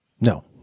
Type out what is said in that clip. no